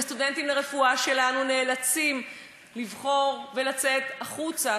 וסטודנטים לרפואה שלנו נאלצים לבחור ולצאת החוצה